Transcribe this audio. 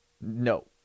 No